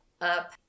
up